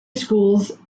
schools